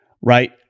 right